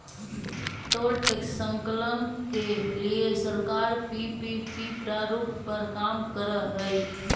toll tax संकलन के लिए सरकार पीपीपी प्रारूप पर काम करऽ हई